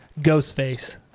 Ghostface